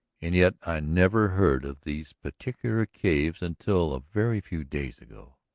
and yet i never heard of these particular caves until a very few days ago.